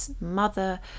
mother